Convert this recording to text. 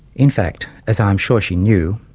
in fact, as i am sure she knew,